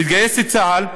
להתגייס לצה"ל,